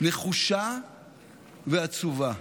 נחושה ועצובה.